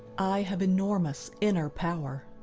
i have enormous inner power.